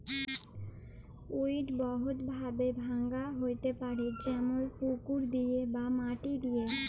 weed বহুত ভাবে ভাঙা হ্যতে পারে যেমল পুকুর দিয়ে বা মাটি দিয়ে